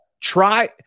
try